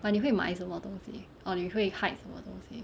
but 你会买什么东西 or 你会 hide 什么东西